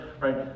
right